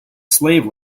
slave